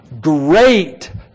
great